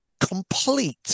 complete